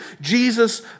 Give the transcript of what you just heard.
Jesus